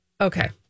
Okay